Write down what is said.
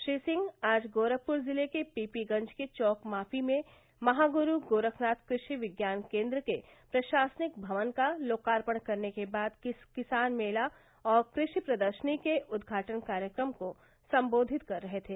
श्री सिंह आज गोरखपुर जिले के पीपीगंज के चौक माफी में महागुरु गोरखनाथ कृषि विज्ञान केंद्र के प्रशासनिक भवन का लोकार्पण करने के बाद किसान मेला और क्रपि प्रदर्शनी के उद्घाटन कार्यक्रम को संबोधित कर रहे थे